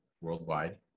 worldwide